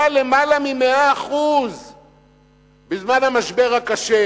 היה למעלה מ-100% בזמן המשבר הקשה,